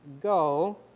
go